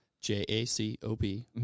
J-A-C-O-B